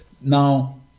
Now